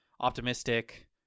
optimistic